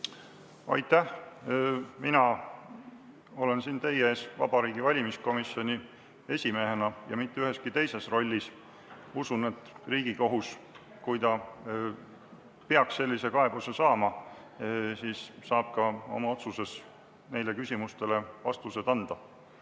Aitäh! Mina olen siin teie ees Vabariigi Valimiskomisjoni esimehena ja mitte üheski teises rollis. Usun, et Riigikohus, kui ta peaks sellise kaebuse saama, saab oma otsuses neile küsimustele vastused anda.